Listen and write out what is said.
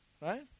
Right